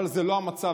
אבל זה לא המצב.